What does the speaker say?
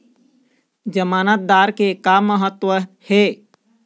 जमानतदार के का महत्व हे?